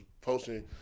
posting